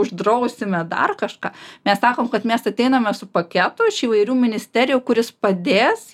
uždrausime dar kažką mes sakom kad mes ateiname su paketu iš įvairių ministerijų kuris padės